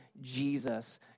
Jesus